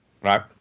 Right